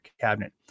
cabinet